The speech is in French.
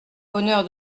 bonheur